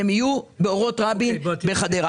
הן תהיינה באורות רבין בחדרה.